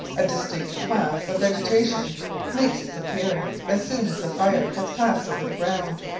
a distinct class of vegetation makes its appearance as soon as the fire has passed over the ground.